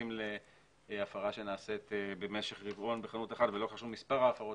מתייחסים להפרה שנעשית במשך רבעון בחנות אחת ולא חשוב מספר העבירות.